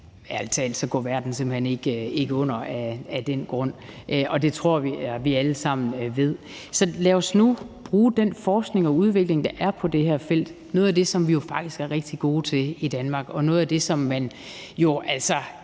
Ærlig talt, så går verden ikke under af den grund. Og det tror jeg vi alle sammen ved. Så lad os nu bruge den forskning og udvikling, der er på det her felt. Det er noget af det, som vi jo faktisk er rigtig gode til i Danmark,